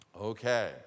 Okay